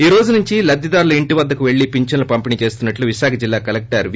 ఈ రోజు నుండి లబ్దిదారుల ఇంటి వద్దకు పెళ్లి ఫించన్లను పంపిణి చేస్తన్నట్లు విశాఖ జిల్లా కలెక్టర్ వి